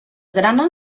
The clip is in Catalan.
grana